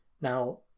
Now